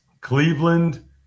Cleveland